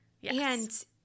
yes